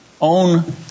own